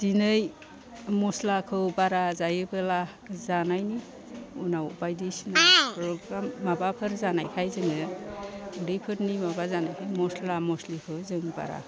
दिनै मस्लाखौ बारा जायोब्ला जानायनि उनाव बायदिसिना माबाफोर जानायखाय जोङो उदैफोरनि माबा जानायखाय मस्ला मस्लिखौ जों बारा होआ